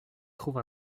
trouve